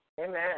Amen